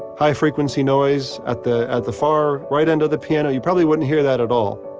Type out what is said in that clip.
high frequency noise at the at the far right end of the piano, you probably wouldn't hear that at all,